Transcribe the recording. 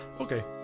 Okay